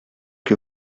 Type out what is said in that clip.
que